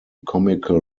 comical